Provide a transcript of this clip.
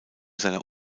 seiner